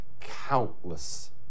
countless